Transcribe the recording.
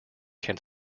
can